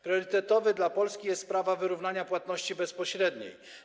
Priorytetowa dla Polski jest sprawa wyrównania płatności bezpośrednich.